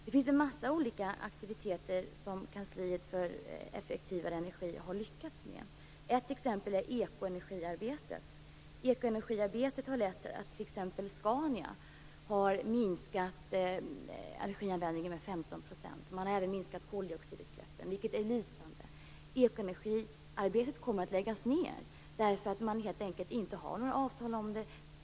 Det finns en massa olika aktiviteter som kansliet för effektivare energi har lyckats med. Ett exempel är ekoenergiarbetet, som har lett till att t.ex. Scania har minskat energianvändningen med 15 %. Man har även minskat koldioxidutsläppen. Det är ett lysande resultat. Ekoenergiarbetet kommer att läggas ned helt enkelt därför att man inte har några avtal om det.